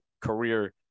career